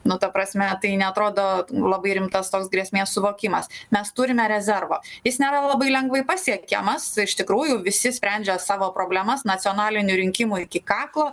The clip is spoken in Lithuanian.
nu ta prasme tai neatrodo labai rimtas toks grėsmės suvokimas mes turime rezervą jis nėra labai lengvai pasiekiamas iš tikrųjų visi sprendžia savo problemas nacionalinių rinkimų iki kaklo